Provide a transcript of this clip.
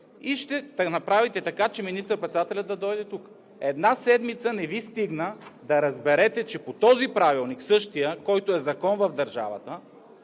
и ще направите така, че министър-председателят да дойде тук. Една седмица не Ви стигна да разберете, че по този Правилник – същия, който е Закон в държавата,